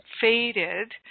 faded